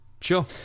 Sure